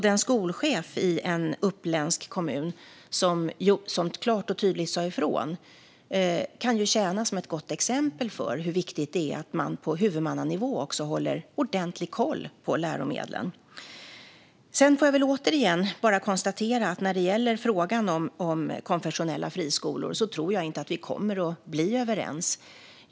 Den skolchef i en uppländsk kommun som klart och tydligt sa ifrån kan tjäna som ett gott exempel på hur viktigt det är att man på huvudmannanivå håller ordentlig koll på läromedlen. Jag får väl återigen konstatera att när det gäller frågan om konfessionella friskolor tror jag inte att vi kommer att bli överens.